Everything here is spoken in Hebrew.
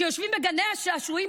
שיושבים בגני השעשועים,